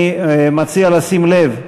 אני מציע לשים לב: